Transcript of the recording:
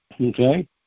okay